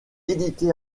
édité